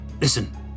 listen